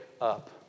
up